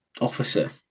officer